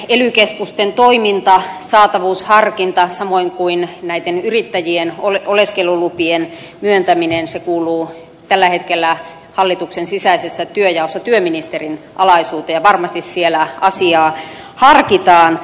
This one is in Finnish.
ely keskusten toiminta saatavuusharkinta samoin kuin näitten yrittäjien oleskelulupien myöntäminen kuuluu tällä hetkellä hallituksen sisäisessä työnjaossa työministerin alaisuuteen ja varmasti ministeriössä asiaa harkitaan